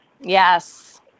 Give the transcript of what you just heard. yes